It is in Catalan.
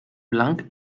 blanc